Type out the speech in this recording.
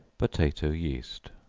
potato yeast.